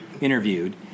interviewed